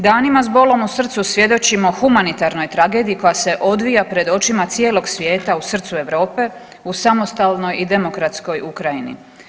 Danima s bolom u srcu svjedočimo humanitarnoj tragediji koja se odvija pred očima cijelog svijeta u srcu Europe u samostalnoj i demokratskoj Ukrajini.